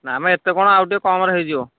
ନା ମ ଏତେ କ'ଣ ଆଉ ଟିକେ କମ୍ରେ ହେଇଯିବ